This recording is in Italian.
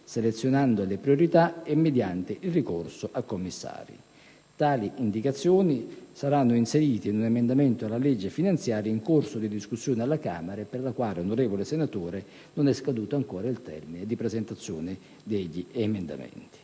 selezionando le priorità e mediante il ricorso a commissari. Tali indicazioni saranno inserite in un emendamento alla legge finanziaria in corso di discussione alla Camera e per la quale non è ancora scaduto il termine di presentazione degli emendamenti.